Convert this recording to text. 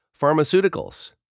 pharmaceuticals